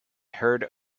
heard